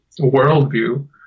worldview